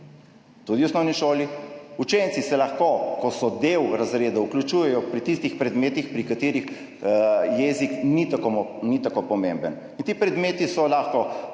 Tudi v osnovni šoli. Učenci se lahko, ko so del razreda, vključujejo pri tistih predmetih, pri katerih jezik ni tako pomemben, in ti predmeti so lahko